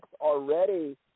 already